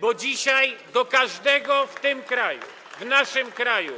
Bo dzisiaj do każdego w tym kraju, w naszym kraju,